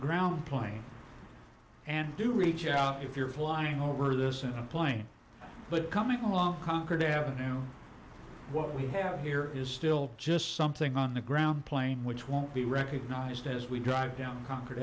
ground point and do reach out if you're flying over this in a plane but coming along concord to have what we have here is still just something on the ground plane which won't be recognized as we drive down con